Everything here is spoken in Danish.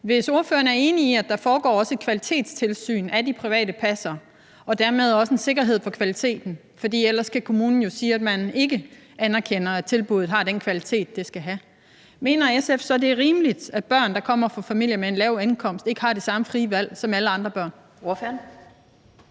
Hvis ordføreren er enig i, at der også foregår et kvalitetstilsyn af de private passere, og at der dermed også er en sikkerhed i forhold til kvaliteten – for ellers kan kommunen jo sige, at man ikke anerkender, at tilbuddet har den kvalitet, det skal have – mener SF så, det er rimeligt, at børn, der kommer fra familier med en lav indkomst, ikke har det samme frie valg som alle andre børn?